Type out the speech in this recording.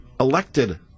elected